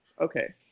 okay